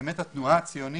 שבאמת התנועה הציונית